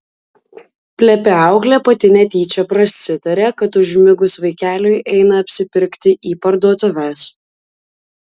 plepi auklė pati netyčia prasitarė kad užmigus vaikeliui eina apsipirkti į parduotuves